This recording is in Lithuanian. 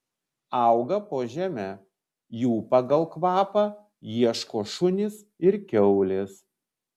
auga po žeme jų pagal kvapą ieško šunys ir kiaulės